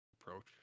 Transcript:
approach